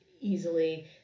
easily